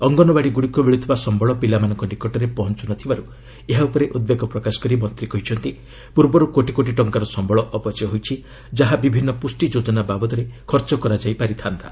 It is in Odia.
ଅଙ୍ଗନଓ୍ୱାଡ଼ିଗୁଡ଼ିକୁ ମିଳୁଥିବା ସମ୍ଭଳ ପିଲାମାନଙ୍କ ନିକଟରେ ପହଞ୍ଚୁ ନଥିବାରୁ ଏହା ଉପରେ ଉଦ୍ବେଗ ପ୍ରକାଶ କରି ମନ୍ତ୍ରୀ କହିଛନ୍ତି ପୂର୍ବରୁ କୋଟିକୋଟି ଟଙ୍କାର ସମ୍ଘଳ ଅପଚୟ ହୋଇଛି ଯାହା ବିଭିନ୍ନ ପୁଷ୍ଟି ଯୋଜନା ବାବଦରେ ଖର୍ଚ୍ଚ କରାଯାଇ ପାରିଥାନ୍ତା